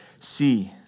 See